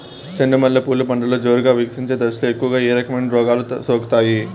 చెండు మల్లె పూలు పంటలో జోరుగా వికసించే దశలో ఎక్కువగా ఏ రకమైన రోగాలు సోకుతాయి?